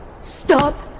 Stop